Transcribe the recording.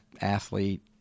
athlete